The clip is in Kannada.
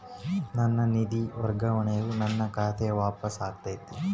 ನನ್ನ ನಿಧಿ ವರ್ಗಾವಣೆಯು ನನ್ನ ಖಾತೆಗೆ ವಾಪಸ್ ಆಗೈತಿ